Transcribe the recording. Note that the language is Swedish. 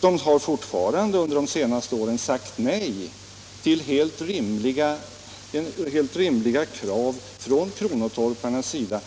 De har fortfarande under de senaste åren sagt nej till rimliga krav om friköp från kronotorparnas sida,